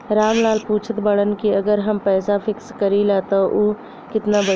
राम लाल पूछत बड़न की अगर हम पैसा फिक्स करीला त ऊ कितना बड़ी?